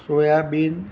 soybean